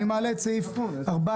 אני מעלה את סעיף 14